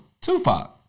Tupac